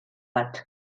bat